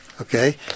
Okay